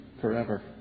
forever